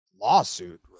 lawsuit